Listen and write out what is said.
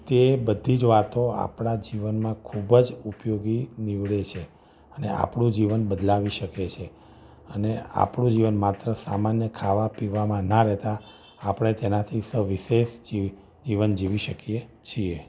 તે બધી જ વાતો આપણા જીવનમાં ખૂબ જ ઉપયોગી નીવડે છે અને આપણું જીવન બદલાવી શકે છે અને આપણું જીવન માત્ર સામાન્ય ખાવા પીવામાં ના રહેતાં આપણે તેનાથી સવિષેશ જી જીવન જીવી શકીએ છીએ